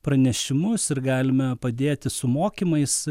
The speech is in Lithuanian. pranešimus ir galime padėti su mokymais